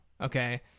okay